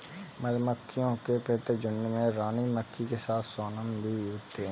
मधुमक्खियों के प्रत्येक झुंड में रानी मक्खी के साथ सोनम की भी होते हैं